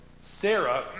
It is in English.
Sarah